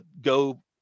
go –